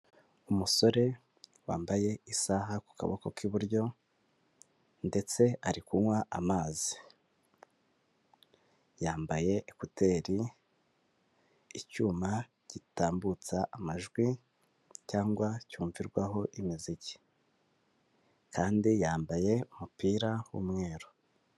Umusore wambaye isaha ku kaboko k'iburyo, ndetse ari kunywa amazi. Yambaye ekuteri, icyuma gitambutsa amajwi, cyangwa cyumvirwaho imiziki. Kandi yambaye umupira w'umweru.